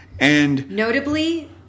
Notably